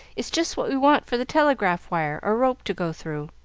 it's just what we want for the telegraph wire or rope to go through.